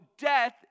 death